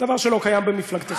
דבר שלא קיים במפלגתך,